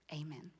amen